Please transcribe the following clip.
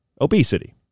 obesity